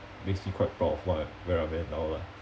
makes me quite proud of what I where I am now lah